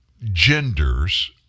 genders